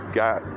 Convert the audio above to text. got